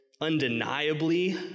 undeniably